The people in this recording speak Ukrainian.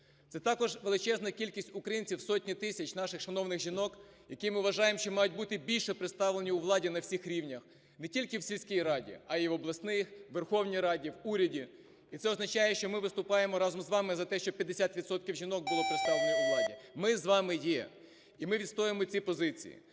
Це також величезна кількість українців, сотні тисяч наших шановних жінок, які ми вважаємо, що мають бути більше представлені у владі на всіх рівнях. Не тільки в сільській раді, а і в обласних, Верховній Раді, в уряді. І це означає, що ми виступаємо разом з вами, за те, щоб 50 відсотків жінок були представлені у владі. Ми з вами є, і ми відстоюємо ці позиції.